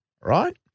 right